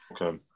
Okay